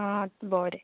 आ बरें